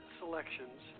selections